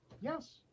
Yes